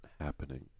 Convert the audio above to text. happening